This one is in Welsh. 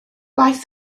gwaith